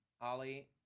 Ollie